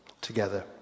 together